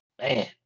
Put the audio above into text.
Man